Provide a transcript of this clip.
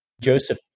Joseph